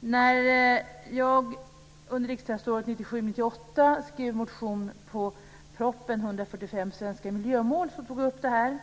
När jag under riksdagsåret 1997/98 skrev motion om propositionen om 145 svenska miljömål tog jag upp den frågan.